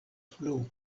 plu